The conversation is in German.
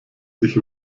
sich